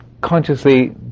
consciously